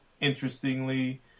interestingly